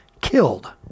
killed